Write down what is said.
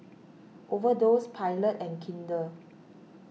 Overdose Pilot and Kinder